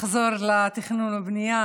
נחזור לתכנון ובנייה.